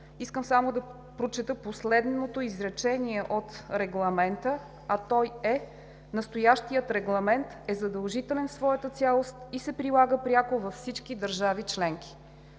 Искам само да прочета последното изречение от Регламента, а то е: „Настоящият регламент е задължителен в своята цялост и се прилага пряко във всички държави членки.“